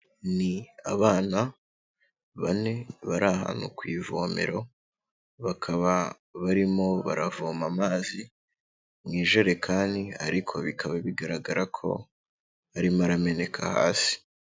Ni abana bane bari ahantu ku ivomero bakaba barimo baravoma amazi mu ijerekani ariko bikaba bigaragara ko arimo arameneka hasi.